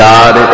God